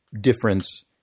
difference